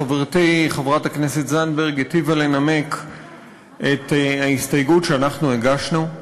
חברתי חברת הכנסת זנדברג היטיבה לנמק את ההסתייגות שאנחנו הגשנו.